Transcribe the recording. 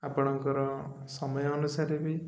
ଆପଣଙ୍କର ସମୟ ଅନୁସାରେ ବି